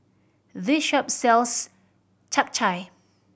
this shop sells Japchae